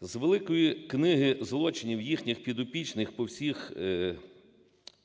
З великої книги злочинів їхніх підопічних по всіх